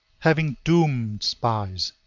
having doomed spies,